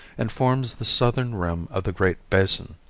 and forms the southern rim of the great basin.